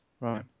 Right